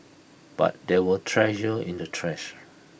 but there were treasure in the trash